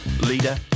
leader